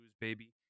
baby